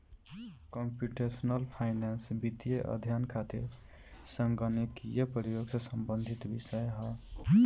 computational finance वित्तीय अध्ययन खातिर संगणकीय प्रयोग से संबंधित विषय ह